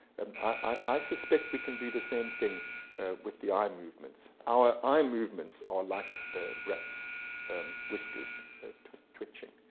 and i suspect we can do the same thing with the eye movements. our eye movements are like the rat's whiskers twitching.